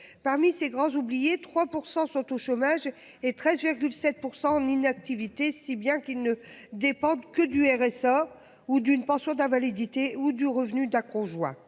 Parmi ces grands oubliés, 3% sont au chômage et 13 7 % l'inactivité. Si bien qu'il ne dépendent que du RSA ou d'une pension d'invalidité ou du revenu d'accrocs